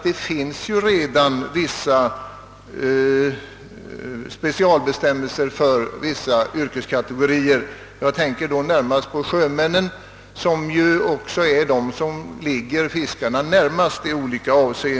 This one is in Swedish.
Det finns nämligen redan specialbestämmelser för vissa yrkeskategorier. Jag tänker då närmast på sjömännen som i olika avseenden står fiskarna nära.